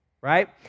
right